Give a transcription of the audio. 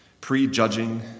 prejudging